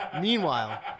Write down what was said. Meanwhile